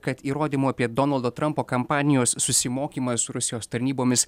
kad įrodymų apie donaldo trampo kampanijos susimokymą su rusijos tarnybomis